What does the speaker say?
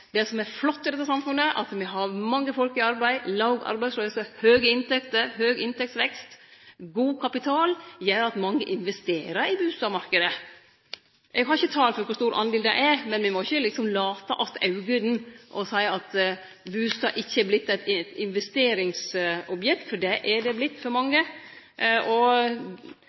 det som er flott med dette samfunnet, at me har mange folk i arbeid, låg arbeidsløyse, høge inntekter, høg inntektsvekst og god kapital, gjer at mange investerer i bustadmarknaden. Eg har ikkje tal på kor stor del det er, men me må ikkje late att augo og seie at bustad ikkje har vorte eit investeringsobjekt, for det har det vorte for mange.